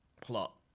plot